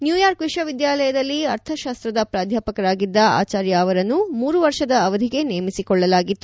New York ವಿಶ್ವವಿದ್ಯಾಲಯದಲ್ಲಿ ಅರ್ಥಶಾಸ್ತ್ರದ ಪ್ರಾಧ್ಯಾಪಕರಾಗಿದ್ದ ಆಚಾರ್ಯ ಅವರನ್ನು ಮೂರು ವರ್ಷದ ಅವಧಿಗೆ ನೇಮಿಸಿಕೊಳ್ಳಲಾಗಿತ್ತು